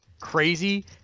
crazy